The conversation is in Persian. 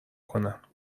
کنم